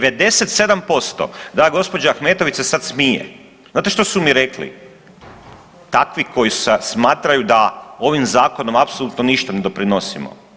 97% da gospođa Ahmetović se sad smije, znate što su mi rekli, takvi koji smatraju da ovim zakonom apsolutno ništa ne doprinosimo.